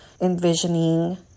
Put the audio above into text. envisioning